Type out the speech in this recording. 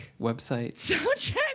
website